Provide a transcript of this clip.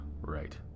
right